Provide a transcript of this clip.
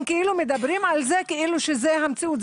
מדברים על זה כאילו שזה המציאות.